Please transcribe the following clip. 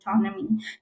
autonomy